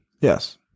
yes